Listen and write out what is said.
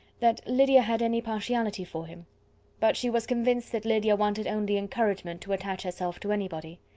that lydia had any partiality for him but she was convinced that lydia wanted only encouragement to attach herself to anybody.